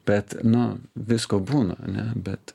bet nu visko būna ane bet